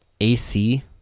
AC